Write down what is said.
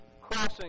crossing